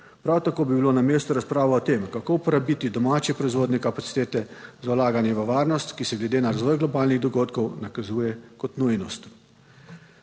Prav tako bi bilo na mestu razprava o tem, kako uporabiti domače proizvodne kapacitete za vlaganje v varnost, ki se glede na razvoj globalnih dogodkov nakazuje kot nujnost.